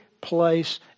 place